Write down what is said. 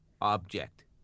object